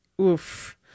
oof